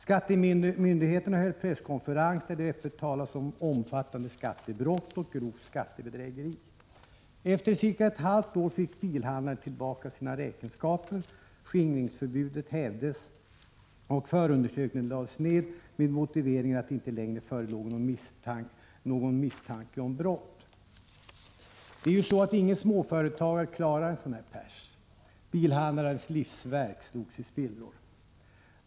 Skattemyndigheterna höll presskonferens där det öppet talades om omfattande skattebrott och grovt skattebedrägeri. Efter ca ett halvt år fick bilhandlaren tillbaka sina räkenskaper, skingringsförbudet hävdes och förundersökningen lades ned med motiveringen att det inte längre förelåg någon misstanke om brott. Ingen småföretagare klarar en sådan här pärs. Bilhandlarens livsverk slogs i spillror.